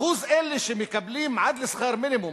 אחוז אלה שמקבלים עד לשכר מינימום